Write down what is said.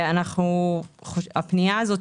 הפנייה זאת,